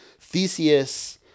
Theseus